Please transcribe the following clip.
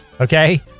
Okay